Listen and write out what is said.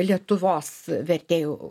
lietuvos vertėjų